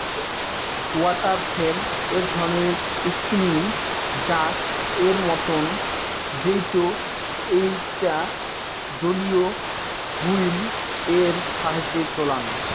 water frame এক ধরণের spinning জাক এর মতন যেইটো এইকটা জলীয় হুইল এর সাহায্যে চলাং